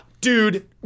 dude